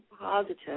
positive